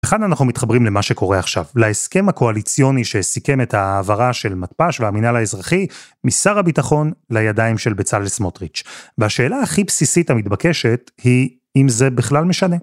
וכאן אנחנו מתחברים למה שקורה עכשיו, להסכם הקואליציוני שסיכם את העברה של מתפ"ש והמינהל האזרחי, משר הביטחון לידיים של בצלאל סמוטריץ'. והשאלה הכי בסיסית המתבקשת היא, אם זה בכלל משנה?